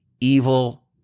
evil